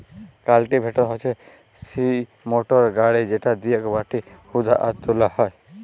cultivator হচ্যে সিই motor গাড়ি যেটা দিয়েক মাটি হুদা আর তোলা হয়